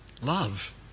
Love